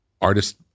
artist